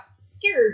scared